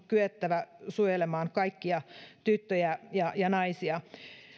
kyettävä suojelemaan kaikkia tyttöjä ja ja naisia